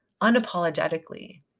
unapologetically